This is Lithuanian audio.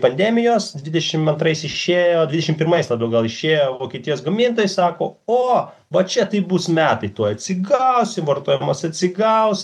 pandemijos dvidešim antrais išėjo dvidešim pirmais labiau gal išėjo vokietijos gamintojai sako o va čia tai bus metai tuoj atsigausim vartojimas atsigaus